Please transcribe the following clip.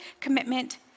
commitment